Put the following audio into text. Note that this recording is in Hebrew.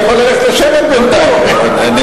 אי-אפשר להמציא דת אחרת.